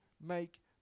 make